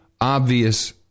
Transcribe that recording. obvious